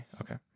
Okay